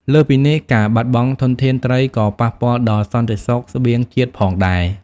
លើសពីនេះ ការបាត់បង់ធនធានត្រីក៏ប៉ះពាល់ដល់សន្តិសុខស្បៀងជាតិផងដែរ។